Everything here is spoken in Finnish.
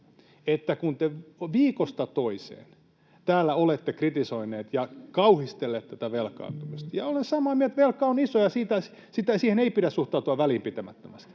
että kun te viikosta toiseen täällä olette kritisoineet ja kauhistelleet tätä velkaantumista — ja olen samaa mieltä, että velka on iso ja siihen ei pidä suhtautua välinpitämättömästi